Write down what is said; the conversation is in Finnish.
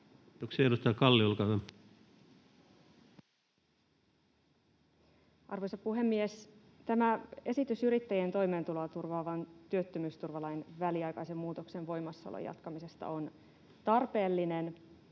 Arvoisa puhemies! Tämä esitys yrittäjien toimeentuloa turvaavan työttömyysturvalain väliaikaisen muutoksen voimassaolon jatkamisesta on tarpeellinen